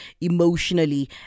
emotionally